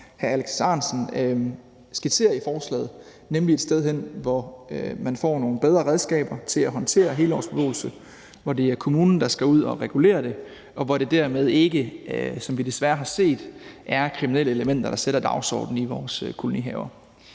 hr. Alex Ahrendtsen skitserer i forslaget, nemlig et sted hen, hvor man får nogle bedre redskaber til at håndtere helårsbeboelse, og hvor det er kommunen, der skal ud og regulere det, og hvor det dermed ikke, som vi desværre har set det, er kriminelle elementer, der sætter dagsordenen i vores kolonihaver.